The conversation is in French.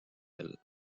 elle